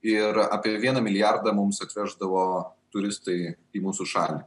ir apie vieną milijardą mums atveždavo turistai į mūsų šalį